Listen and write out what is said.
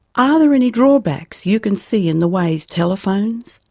are there any drawbacks you can see in the ways telephones,